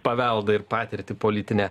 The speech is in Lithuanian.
paveldą ir patirtį politinę